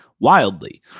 wildly